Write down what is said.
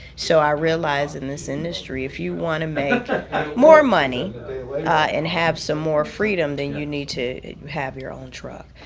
so i realize in this industry if you want to make more money and have some more freedom then you need to have your own truck.